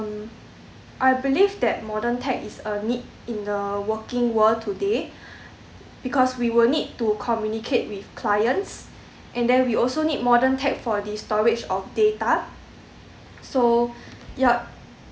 um I believe that modern tech is a need in the working world today because we will need to communicate with clients and then we also need modern tech for the storage of data so yup